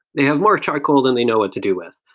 they have more charcoal than they know what to do with.